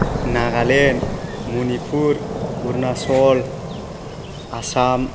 Nagaland Manipur Arunachal Assam